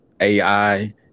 AI